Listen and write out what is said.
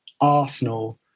Arsenal